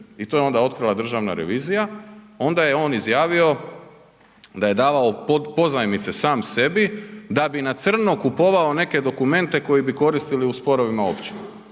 i to je onda otkrila državna revizija, onda je on izjavio da je davao pozajmice sam sebi da bi na crno kupovao neke dokumente koji bi koristili u sporovima općina.